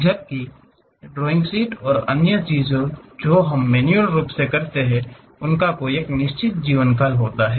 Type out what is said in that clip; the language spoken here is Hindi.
जबकि ड्राइंग शीट और अन्य चीजें जो हम मैन्युअल रूप से करते हैं उनका जीवनकाल होता है